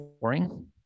boring